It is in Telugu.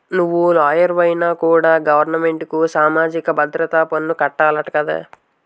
నువ్వు లాయరువైనా కూడా గవరమెంటుకి సామాజిక భద్రత పన్ను కట్టాలట కదా